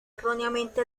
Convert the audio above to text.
erróneamente